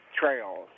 Trails